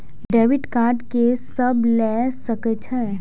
Debit card के सब ले सके छै?